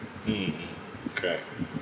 mm mm correct